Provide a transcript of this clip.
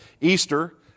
Easter